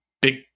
big